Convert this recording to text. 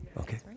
Okay